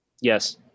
Yes